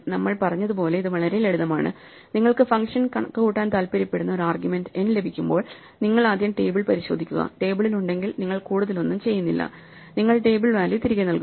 നമ്മൾ പറഞ്ഞതുപോലെ ഇത് വളരെ ലളിതമാണ് നിങ്ങൾക്ക് ഫംഗ്ഷൻ കണക്കുകൂട്ടാൻ താൽപ്പര്യപ്പെടുന്ന ഒരു ആർഗ്യുമെൻറ് n ലഭിക്കുമ്പോൾ നിങ്ങൾ ആദ്യം ടേബിൾ പരിശോധിക്കുക ടേബിളിൽ ഉണ്ടെങ്കിൽ നിങ്ങൾ കൂടുതലൊന്നും ചെയ്യുന്നില്ല നിങ്ങൾ ടേബിൾ വാല്യൂ തിരികെ നൽകുന്നു